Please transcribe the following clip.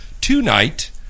tonight